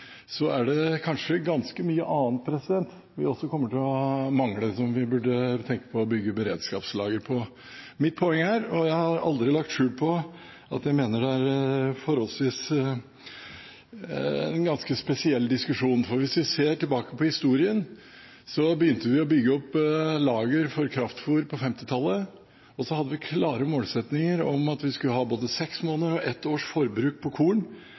så hadde vi dem spredt rundt omkring i landet. Hvis man snakker om en situasjon som den vi snakker om her – å tenke det utenkelige – er det kanskje ganske mye annet vi også kommer til å mangle, og som vi burde tenke på å bygge beredskapslager for. Mitt poeng her – og jeg har aldri lagt skjul på at jeg mener det er en forholdsvis spesiell diskusjon – er at hvis vi ser tilbake på historien, begynte vi å bygge opp lagre for kraftfôr på 1950-tallet, og vi hadde klare